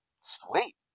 Sweet